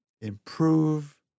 improve